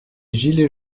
gilets